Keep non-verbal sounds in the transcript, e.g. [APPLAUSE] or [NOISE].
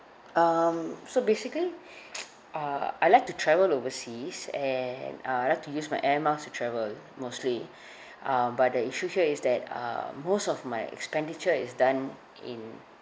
um so basically [BREATH] [NOISE] uh I like to travel overseas and err I like to use my air miles to travel mostly [BREATH] um but the issue here is that uh most of my expenditure is done in